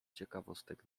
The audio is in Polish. ciekawostek